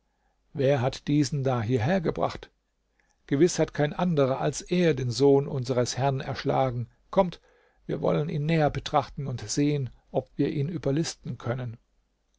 wer hat diesen da hierhergebracht gewiß hat kein anderer als er den sohn unseres herrn erschlagen kommt wir wollen ihn näher betrachten und sehen ob wir ihn überlisten können